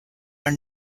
are